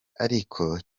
ariko